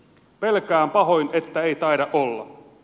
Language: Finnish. pelkään pahoin että ei taida olla